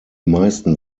meisten